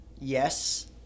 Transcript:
yes